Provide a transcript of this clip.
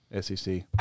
SEC